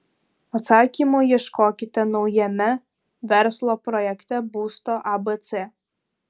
atsakymo ieškokite naujame verslo projekte būsto abc